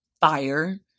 Fire